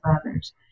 others